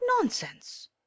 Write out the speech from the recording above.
NONSENSE